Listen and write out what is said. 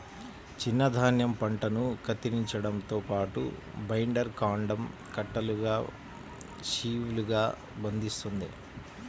చిన్న ధాన్యం పంటను కత్తిరించడంతో పాటు, బైండర్ కాండం కట్టలుగా షీవ్లుగా బంధిస్తుంది